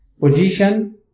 position